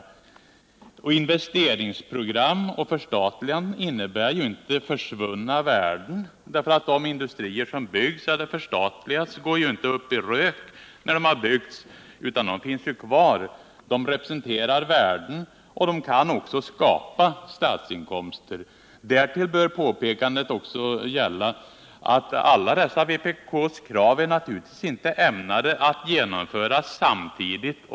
Investeringsprogram och förstatliganden innebär ju inte försvunna värden — de industrier som byggs eller förstatligas går ju inte upp i rök när de har byggts, utan de finns kvar. De representerar värden, och de kan också skapa statsinkomster. Därtill bör påpekas att alla dessa vpk:s krav naturligtvis inte är ämnade att genomföras samtidigt.